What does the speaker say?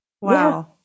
Wow